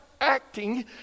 acting